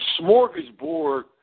smorgasbord